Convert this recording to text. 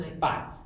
Five